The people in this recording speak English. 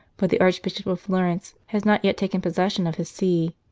but the arch bishop of florence has not yet taken possession of his see.